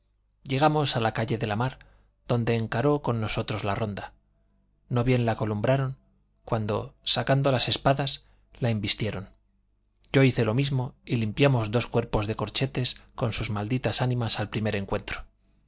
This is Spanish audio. llegamos a la calle de la mar donde encaró con nosotros la ronda no bien la columbraron cuando sacando las espadas la embistieron yo hice lo mismo y limpiamos dos cuerpos de corchetes de sus malditas ánimas al primer encuentro